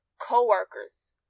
co-workers